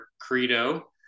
credo